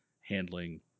handling